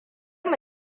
mu